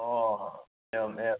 ओहो एवम् एवम्